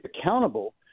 accountable